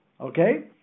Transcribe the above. Okay